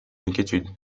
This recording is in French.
d’inquiétude